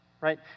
right